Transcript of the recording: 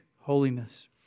holiness